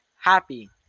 happy